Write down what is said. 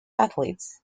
athletes